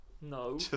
No